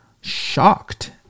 shocked